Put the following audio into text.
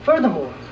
Furthermore